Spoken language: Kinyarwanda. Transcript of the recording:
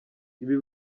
ibi